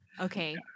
Okay